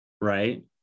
right